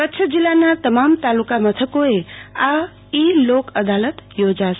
કચ્છ જિલ્લાના તમામ તાલુકા મથકોએ આ ઈ લોક અદાલત યોજાશે